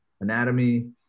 anatomy